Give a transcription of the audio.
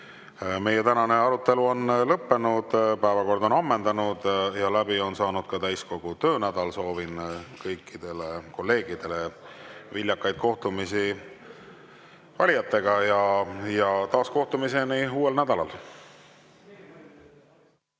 Meie tänane arutelu on lõppenud. Päevakord on ammendunud ja läbi on saanud ka täiskogu töönädal. Soovin kõikidele kolleegidele viljakaid kohtumisi valijatega. Taaskohtumiseni uuel nädalal!